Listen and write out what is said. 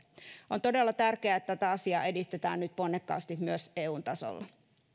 on todella tärkeää että tätä asiaa edistetään nyt ponnekkaasti myös eun tasolla